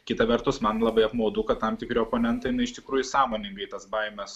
kita vertus man labai apmaudu kad tam tikri oponentai na iš tikrųjų sąmoningai tas baimes